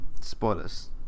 spoilers